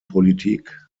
politik